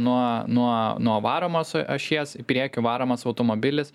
nuo nuo nuo varomos ašies į priekį varomas automobilis